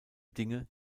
dinge